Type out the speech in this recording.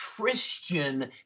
Christian